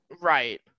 Right